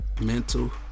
mental